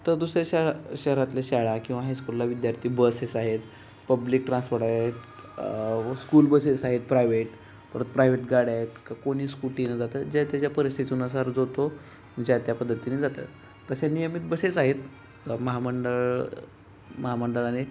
तर दुसऱ्या शाळा शहरातल्या शाळा किंवा हायस्कूलला विद्यार्थी बसेस आहेत पब्लिक ट्रान्सपोर्ट आहेत व स्कूल बसेस आहेत प्रायव्हेट परत प्रायवेट गाड्या आहेत का कोणी स्कूटीनं जातात ज्या त्याच्या परिस्थितीनुसार जो तो ज्या त्या पद्धतीने जातात तसे नियमित बसेस आहेत महामंडळ महामंडळ आणि